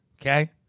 Okay